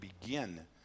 begin